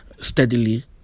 steadily